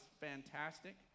fantastic